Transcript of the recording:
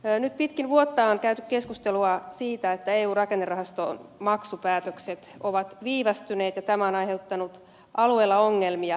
nyt pitkin vuotta on käyty keskustelua siitä että eun rakennerahaston maksupäätökset ovat viivästyneet ja tämä on aiheuttanut alueella ongelmia